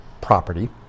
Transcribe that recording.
property